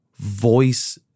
voice